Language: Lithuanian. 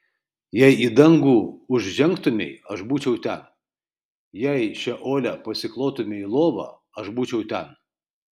jei į dangų užžengtumei aš būčiau ten jei šeole pasiklotumei lovą aš būčiau ten